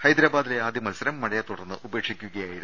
ഹൈദരാബാദിലെ ആദ്യമത്സരം മഴയെ തുടർന്ന് ഉപേക്ഷിക്കുകയായിരുന്നു